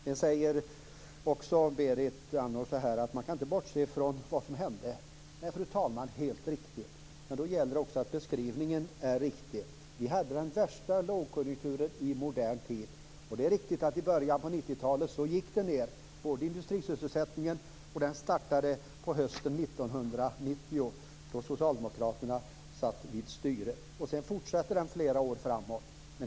Berit Andnor säger också att man inte kan bortse från vad som hände. Nej, fru talman, det är helt riktigt, men då gäller det också att beskrivningen är riktig. Vi hade den värsta lågkonjunkturen i modern tid. Det är riktigt att industrisysselsättningen gick ned, och den nedgången startade hösten 1990, då socialdemokraterna satt vid styret. Den nedgången fortsatte sedan flera år framåt.